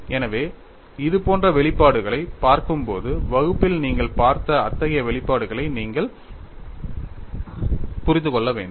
எனவே இது போன்ற வெளிப்பாடுகளைப் பார்க்கும்போது வகுப்பில் நீங்கள் பார்த்த அத்தகைய வெளிப்பாடுகளை நீங்கள் புரிந்து கொள்ள வேண்டும்